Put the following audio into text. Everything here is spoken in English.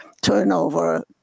turnover